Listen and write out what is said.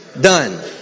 done